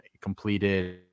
completed